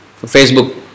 Facebook